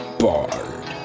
barred